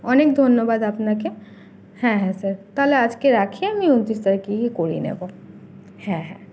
অনেক ধন্যবাদ আপনাকে হ্যাঁ হ্যাঁ স্যার তাহলে আজকে রাখি আমি উনত্রিশ তারিখে গিয়ে করিয়ে নেব হ্যাঁ হ্যাঁ